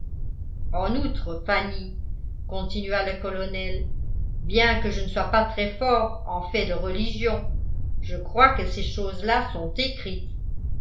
en outre fanny continua le colonel bien que je ne sois pas très fort en fait de religion je crois que ces